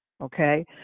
Okay